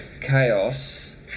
chaos